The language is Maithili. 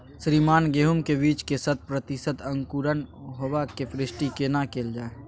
श्रीमान गेहूं के बीज के शत प्रतिसत अंकुरण होबाक पुष्टि केना कैल जाय?